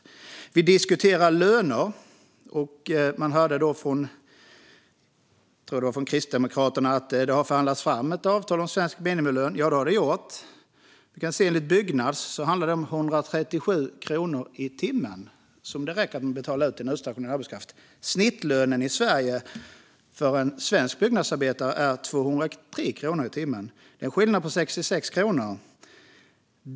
Man diskuterar löner, och vi hörde - jag tror att det var från Kristdemokraterna - att det har förhandlats fram ett avtal om svensk minimilön. Ja, det stämmer. Enligt Byggnads handlar det om 137 kronor i timmen som det räcker att man betalar ut till utstationerad arbetskraft. Snittlönen i Sverige för en svensk byggnadsarbetare är 203 kronor i timmen. Det är en skillnad på 66 kronor.